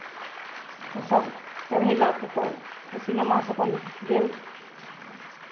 तऽ सभ चढ़ेलक तऽ ख़ुशीनमासॅं अपन गेल